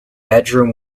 bedroom